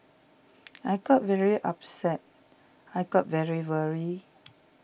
I got very upset I got very worried